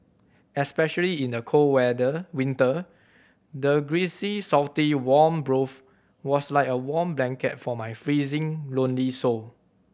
especially in the cold weather winter the greasy salty warm broth was like a warm blanket for my freezing lonely soul